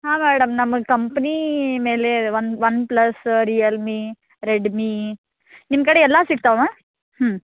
ಹಾಂ ಮೇಡಮ್ ನಮಗೆ ಕಂಪ್ನೀ ಮೇಲೆ one one plus Realme Redmi ನಿಮ್ಮ ಕಡೆ ಎಲ್ಲ ಸಿಗ್ತಾವಾ ಮ್ಯಾಮ್ ಹ್ಞೂ